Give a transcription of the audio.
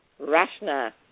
Rashna